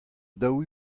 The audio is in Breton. daou